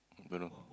don't know